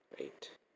right